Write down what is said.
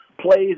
plays